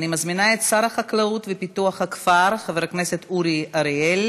אני מזמינה את שר החקלאות ופיתוח הכפר חבר הכנסת אורי אריאל